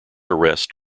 arrest